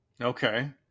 Okay